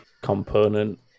Component